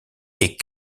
est